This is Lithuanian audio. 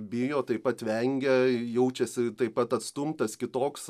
bijo taip pat vengia jaučiasi taip pat atstumtas kitoks